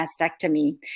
mastectomy